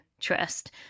trust